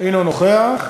אינו נוכח.